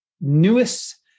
newest